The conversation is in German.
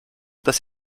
das